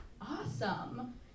Awesome